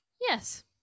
Yes